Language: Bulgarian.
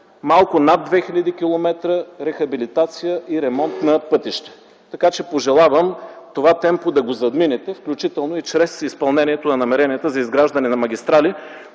над 2000 км рехабилитация и ремонт на пътища. Пожелавам това темпо да го задминете, включително и чрез изпълнение на намеренията за изграждане на магистрали.